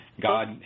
God